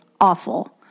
awful